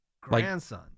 Grandson